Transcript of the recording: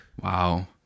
Wow